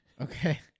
Okay